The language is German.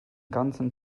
ganzen